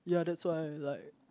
ya that's why like